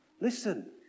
Listen